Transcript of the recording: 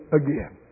again